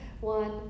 one